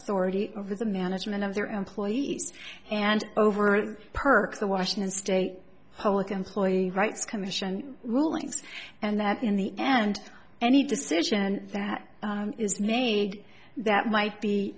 authority over the management of their employees and over the perks of washington state public employee rights commission rulings and that in the end any decision and that is made that might be